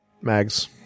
mags